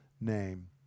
name